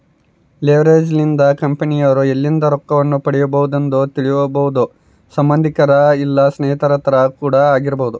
leverage ಲಿಂದ ಕಂಪೆನಿರೊ ಎಲ್ಲಿಂದ ರೊಕ್ಕವನ್ನು ಪಡಿಬೊದೆಂದು ತಿಳಿಬೊದು ಸಂಬಂದಿಕರ ಇಲ್ಲ ಸ್ನೇಹಿತರ ತಕ ಕೂಡ ಆಗಿರಬೊದು